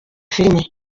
filime